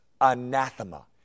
anathema